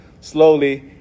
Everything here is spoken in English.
slowly